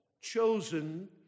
chosen